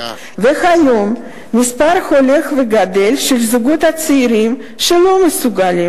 והיום מספר הולך וגדל של זוגות צעירים לא מסוגלים,